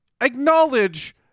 acknowledge